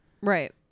Right